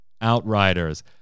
Outriders